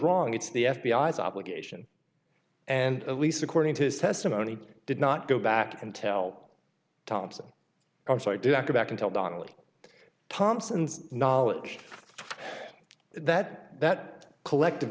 wrong it's the f b i is obligation and at least according to his testimony he did not go back and tell thompson or so i didn't go back and tell donnelly thompson's knowledge that that collective